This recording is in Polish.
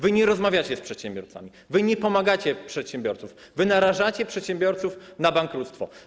Wy nie rozmawiacie z przedsiębiorcami, wy nie pomagacie przedsiębiorcom, wy narażacie przedsiębiorców na bankructwo.